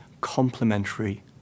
complementary